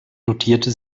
notierte